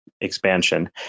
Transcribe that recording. expansion